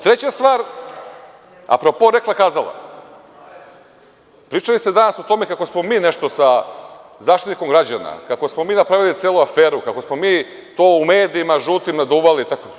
Treća stvar, apropo rekla kazala, pričali ste danas o tome kako smo mi nešto sa Zaštitnikom građana, kako smo mi napravili celu aferu, kako smo mi to u medijima, žuti, naduvali.